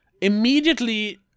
immediately